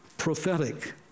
Prophetic